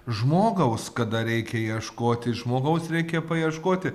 žmogaus kada reikia ieškoti žmogaus reikia paieškoti